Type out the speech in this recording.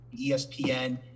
ESPN